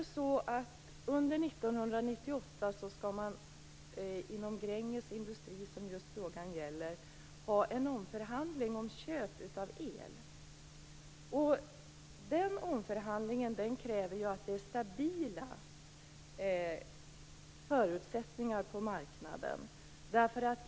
Under 1998 skall man inom Gränges Industri, som interpellationen gäller, ha en omförhandling om köp av el. Den omförhandlingen kräver ju att förutsättningarna på marknaden är stabila.